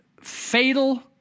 fatal